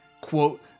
quote